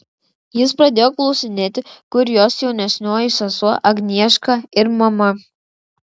ji pradėjo klausinėti kur jos jaunesnioji sesuo agnieška ir mama